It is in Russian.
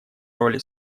роли